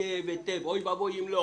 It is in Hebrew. אוי ואבוי אם לא.